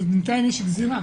אבל בינתיים יש גזירה